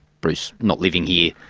bruce, not living here,